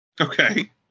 Okay